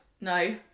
No